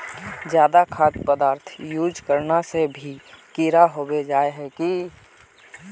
ज्यादा खाद पदार्थ यूज करना से भी कीड़ा होबे जाए है की?